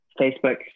Facebook